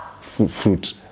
fruit